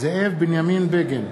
זאב בנימין בגין,